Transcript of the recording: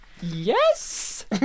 Yes